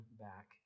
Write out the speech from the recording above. back